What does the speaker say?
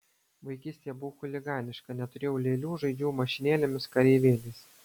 vaikystėje buvau chuliganiška neturėjau lėlių žaidžiau mašinėlėmis kareivėliais